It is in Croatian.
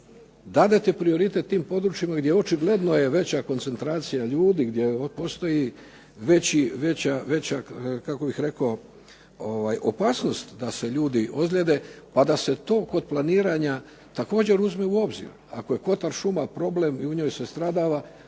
gdje očigledno je veća koncentracija ljudi, gdje postoji veća, kako bih rekao, opasnost da se ljudi ozlijede pa da se to kod planiranja također uzme u obzir. Ako je Kotor šuma problem i u njoj se stradava